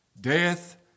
death